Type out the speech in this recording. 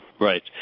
Right